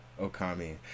Okami